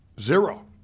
zero